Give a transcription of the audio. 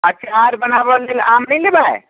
अचार बनाबऽ लेल आम नहि लेबै